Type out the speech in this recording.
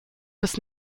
bis